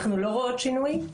אנחנו לא רואות שינוי.